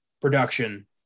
production